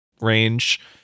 range